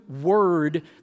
word